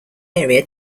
area